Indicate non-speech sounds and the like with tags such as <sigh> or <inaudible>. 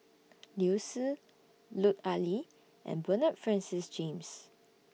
<noise> Liu Si Lut Ali and Bernard Francis James